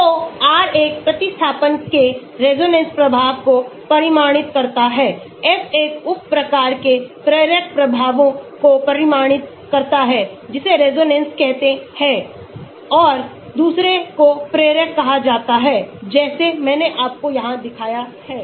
तो R एक प्रतिस्थापन के रेजोनेंस प्रभाव को परिमाणित करता है F एक उपप्रकार के प्रेरक प्रभावों को परिमाणित करता है जिसे रेजोनेंस कहते हैं और दूसरे को प्रेरक कहा जाता है जैसे मैंने आपको यहां दिखाया है